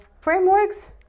frameworks